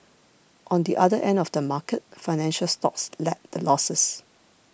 on the other end of the market financial stocks led the losses